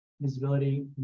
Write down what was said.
visibility